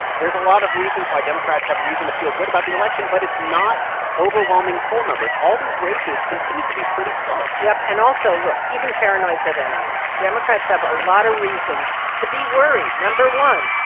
there's a lot of reasons why democrats have reason to feel good about the election. but it's not overwhelming poll numbers. all these races continue to be pretty close yup. and also, look. even paranoids have enemies. democrats have a lot of reason to be worried. number one,